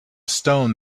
stone